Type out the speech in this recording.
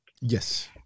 Yes